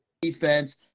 defense